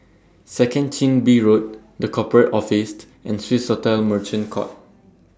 Second Chin Bee Road The Corporate Office and Swissotel Merchant Court